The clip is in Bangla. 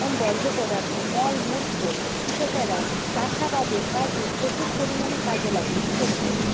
বর্জ্য পদার্থ মলমূত্র কৃষকেরা চাষাবাদের কাজে প্রচুর পরিমাণে কাজে লাগে কৃষকদের